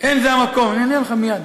אין זה המקום, אני אענה לך מייד.